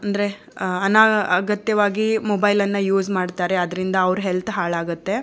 ಅಂದರೆ ಅನಾಗತ್ಯವಾಗಿ ಮೊಬೈಲನ್ನು ಯೂಸ್ ಮಾಡ್ತಾರೆ ಅದರಿಂದ ಅವ್ರ ಹೆಲ್ತ್ ಹಾಳಾಗುತ್ತೆ